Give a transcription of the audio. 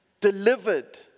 delivered